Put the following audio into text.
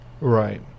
right